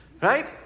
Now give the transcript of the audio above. right